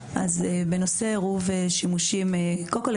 בנושא עירוב שימושים קודם כול,